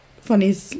funny